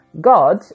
God